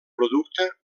producte